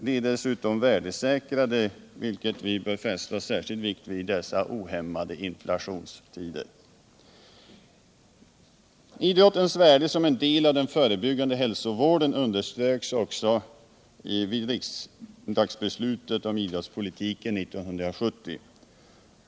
De är dessutom värdesäkrade, vilket vi bör fästa särskild vikt vid i dessa ohämmade inflationstider. Idrottens värde som en del i den förebyggande hälsovården underströks särskilt vid riksdagsbeslutet om idrottspolitiken 1970.